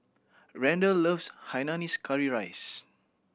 Randell loves Hainanese curry rice